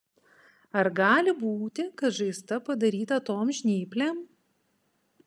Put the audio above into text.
ar gali būti kad žaizda padaryta tom žnyplėm